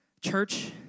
church